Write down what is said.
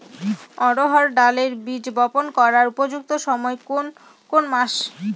অড়হড় ডালের বীজ বপন করার উপযুক্ত সময় কোন কোন মাস?